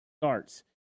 starts